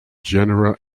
genera